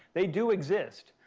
they do exist.